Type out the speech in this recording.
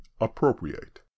appropriate